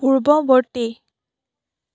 পূৰ্বৱৰ্তী